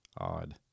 odd